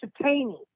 entertaining